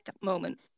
moment